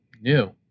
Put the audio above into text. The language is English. new